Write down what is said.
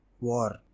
war